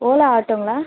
Ola ஆட்டோங்களா